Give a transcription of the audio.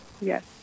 Yes